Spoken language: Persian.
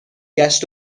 گشت